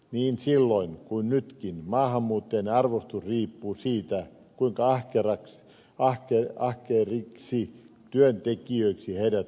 niin silloin kuin nytkin maahanmuuttajien arvostus riippuu siitä kuinka ahkeriksi työntekijöiksi heidät koetaan